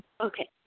Okay